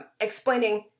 Explaining